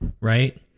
right